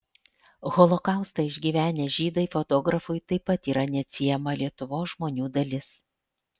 holokaustą išgyvenę žydai fotografui taip pat yra neatsiejama lietuvos žmonių dalis